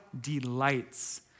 delights